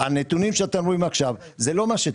הנתונים שאתם רואים עכשיו הם לא מה שתראו.